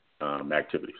activities